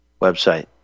website